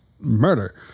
murder